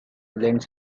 lends